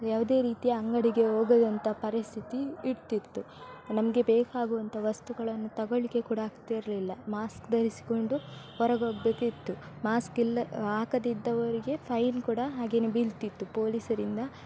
ಯಾವುದೇ ರೀತಿ ಅಂಗಡಿಗೆ ಹೋಗದಂಥ ಪರಿಸ್ಥಿತಿ ಇಟ್ಟಿತ್ತು ನಮಗೆ ಬೇಕಾಗುವಂಥ ವಸ್ತುಗಳನ್ನು ತಗೊಳ್ಳಿಕ್ಕೆ ಕೂಡ ಆಗ್ತಿರಲಿಲ್ಲ ಮಾಸ್ಕ್ ಧರಿಸಿಕೊಂಡು ಹೊರಗೆ ಹೋಗಬೇಕಿತ್ತು ಮಾಸ್ಕ್ ಇಲ್ಲ ಹಾಕದಿದ್ದವರಿಗೆ ಫೈನ್ ಕೂಡ ಹಾಗೆಯೇ ಬೀಳ್ತಿತ್ತು ಪೋಲಿಸರಿಂದ